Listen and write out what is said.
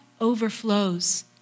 overflows